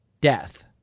Death